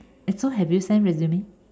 eh so have you sent resume